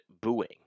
booing